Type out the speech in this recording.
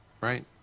Right